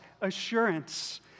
assurance